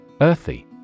Earthy